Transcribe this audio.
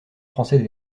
français